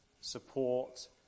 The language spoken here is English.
support